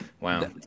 Wow